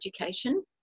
education